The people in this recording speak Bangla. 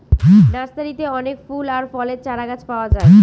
নার্সারিতে অনেক ফুল আর ফলের চারাগাছ পাওয়া যায়